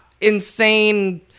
insane